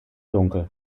dunkel